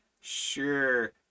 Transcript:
sure